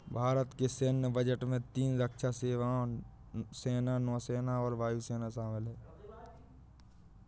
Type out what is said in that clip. भारत के सैन्य बजट में तीन रक्षा सेवाओं, सेना, नौसेना और वायु सेना शामिल है